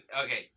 Okay